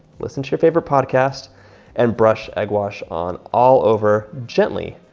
listen to your favorite podcast and brush egg wash on all over gently.